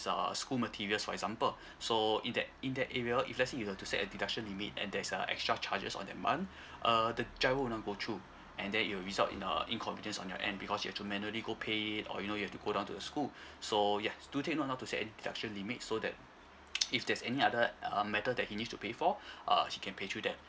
err school materials for example so in that in that area if let's say you were to set a deduction limit and there's a extra charges on that month err the GIRO will not go through and then it'll result in a inconvenience on your end because you've to manually go pay it or you know you've to go down to the school so yeah do take note not to set any deduction limit so that if there's any other um matter that he needs to pay for uh he can pay through that